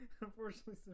Unfortunately